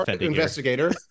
Investigator